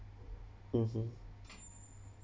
mmhmm